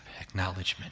acknowledgement